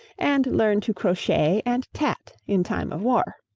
and learn to crochet and tat in time of war.